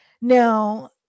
Now